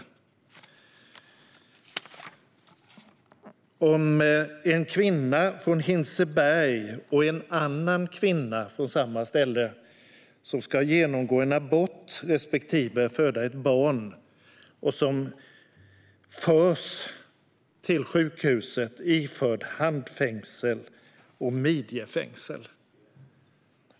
Det handlar om en kvinna från Hinseberg som ska genomgå en abort och en annan kvinna från Hinseberg som ska föda ett barn. De förs till sjukhuset iförda handfängsel och midjefängsel.